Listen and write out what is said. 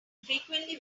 frequently